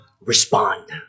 respond